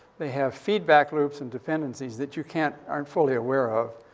they have feedback loops and dependencies that you can't aren't fully aware of.